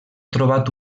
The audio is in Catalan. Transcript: trobat